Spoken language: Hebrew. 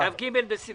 מי נגד, מי